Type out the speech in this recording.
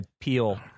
peel